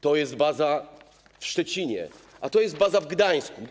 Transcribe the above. To jest baza w Szczecinie, a to jest baza w Gdańsku.